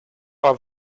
are